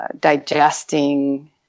digesting